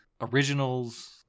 originals